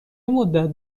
مدت